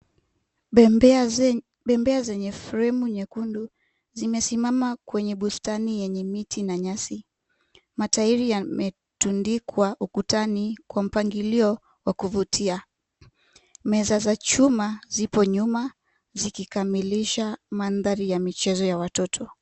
Bembea zenye fremu nyekundu, zimesimama kwenye bustani yenye miti na nyasi. Matairi yametundikwa ukutani kwa mpangilio wa kuvutia. Meza za chuma zipo nyuma, zikikamilisha mandhari ya michezo ya watoto.